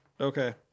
Okay